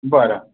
बरं